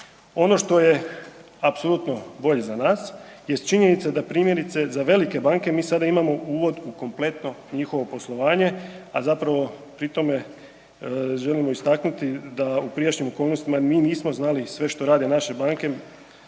Ono što je apsolutno bolje za nas jest činjenica da primjerice, za velike banke mi sada imamo uvod u kompletno njihovo poslovanje, a zapravo pri tome želimo istaknuti da u prijašnjim okolnostima mi nismo znali sve što rade naše banke,